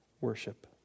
worship